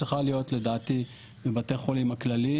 צריך להיות לדעתי בבתי חולים הכלליים,